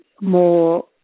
more